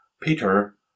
Peter